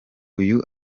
uyu